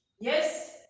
Yes